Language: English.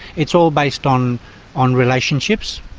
it's all based on on relationships.